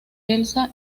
elsa